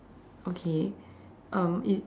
okay um it